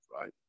right